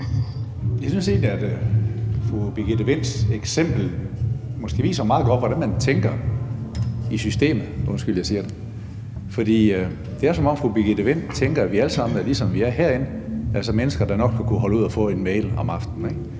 Jeg synes måske egentlig, at fru Birgitte Vinds eksempel meget godt viser, hvordan man tænker i systemet – undskyld jeg siger det – for det er, som om fru Birgitte Vind tænker, at alle er, som vi er herinde, altså mennesker, der nok ville kunne holde ud at få en mail om aftenen.